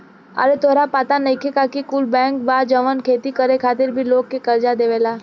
आरे तोहरा पाता नइखे का की कुछ बैंक बा जवन खेती करे खातिर भी लोग के कर्जा देवेला